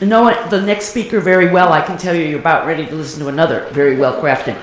know the next speaker very well, i can tell you you're about ready listen to another very well-crafted